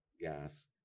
gas